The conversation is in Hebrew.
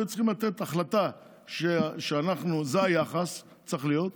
היו צריכים לתת החלטה שזה היחס שצריך להיות,